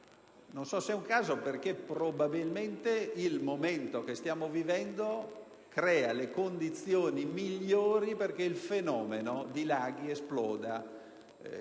Non so se sia un caso, perché probabilmente il momento che stiamo vivendo crea le condizioni migliori perché il fenomeno continui, dilaghi, esploda.